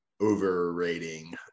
overrating